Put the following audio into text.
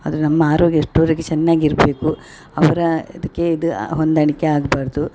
ಆದರೆ ನಮ್ಮ ಆರೋಗ್ಯ ಎಷ್ಟ್ರವರೆಗೆ ಚೆನ್ನಾಗಿ ಇರಬೇಕು ಅವರ ಇದಕ್ಕೆ ಇದು ಆ ಹೊಂದಾಣಿಕೆ ಆಗ್ಬಾರದು